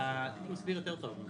יותר טוב.